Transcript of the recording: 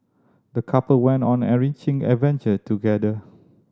the couple went on an enriching adventure together